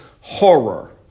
horror